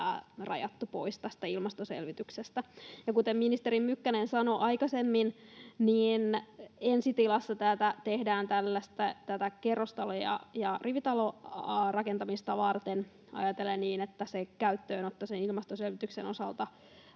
rajattu pois tästä ilmastoselvityksestä. Ja kuten ministeri Mykkänen sanoi aikaisemmin, ensi tilassa tätä tehdään kerrostalo- ja rivitalorakentamista varten niin, että käyttöönotto sen ilmastoselvityksen osalta